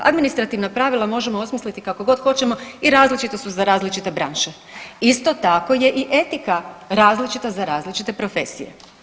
Administrativna pravila možemo osmisliti kakogod hoćemo i različita su za različite branše, isto tako je etika različita za različite profesije.